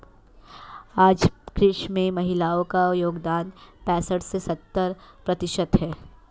आज कृषि में महिलाओ का योगदान पैसठ से सत्तर प्रतिशत है